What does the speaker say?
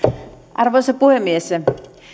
arvoisa puhemies